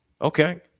Okay